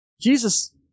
Jesus